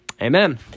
Amen